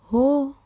ਹੋ